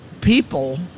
people